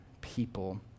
people